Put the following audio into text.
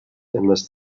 unless